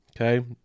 Okay